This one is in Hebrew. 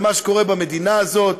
על מה שקורה במדינה הזאת,